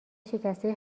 شکسته